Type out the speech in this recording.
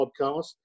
podcast